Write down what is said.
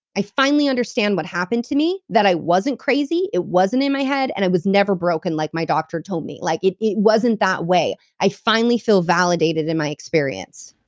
i finally understand what happened to me, that i wasn't crazy, it wasn't in my head, and i was never broken like my doctor told me. like it it wasn't that way. i finally feel validated in my experience.